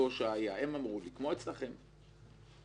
למשל באדם יש שטח שמשלמים,